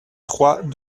trois